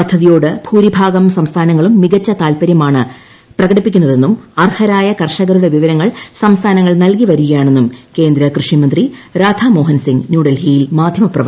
പദ്ധതിയോട് ഭൂരിഭാഗം സംസ്ഥാനങ്ങളും മികച്ച താല്പര്യമാണ് പ്രകടിപ്പിക്കുന്നത്തെന്നും ്അർഹരായ കർഷകരുടെ വിവരങ്ങൾ സംസ്ഫ്റാന്ങ്ങൾ നൽകി വരികയാണെന്നും കേന്ദ്ര കൃഷീമന്ത്രി രാധാ മോഹൻ സിംഗ് ന്യൂഡൽഹിയിൽ മാധ്യമപ്പ്പ്പർത്തകരോട് പറഞ്ഞു